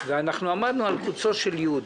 ועמדנו על קוצו של יו"ד,